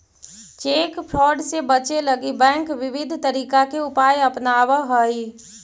cheque fraud से बचे लगी बैंक विविध तरीका के उपाय अपनावऽ हइ